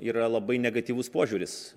yra labai negatyvus požiūris